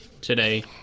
today